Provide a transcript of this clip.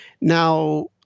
Now